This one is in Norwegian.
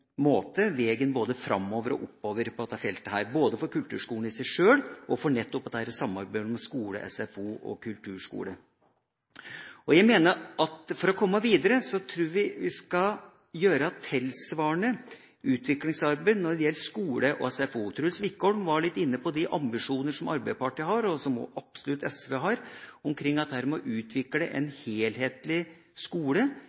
måte vegen framover og oppover på dette feltet, både for kulturskolen i seg sjøl og for samarbeidet mellom skole, SFO og kulturskole. For å komme videre tror jeg vi skal gjøre tilsvarende utviklingsarbeid når det gjelder skole og SFO. Truls Wickholm var litt inne på de ambisjonene som Arbeiderpartiet har, og som absolutt SV har, om å utvikle en helhetlig skole,